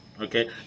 Okay